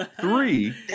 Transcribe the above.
Three